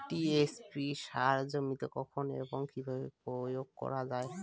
TSP সার জমিতে কখন এবং কিভাবে প্রয়োগ করা য়ায়?